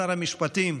שר המשפטים,